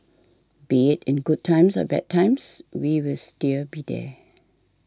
be it in good times or bad times we will still be here